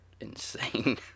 insane